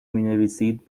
مینویسید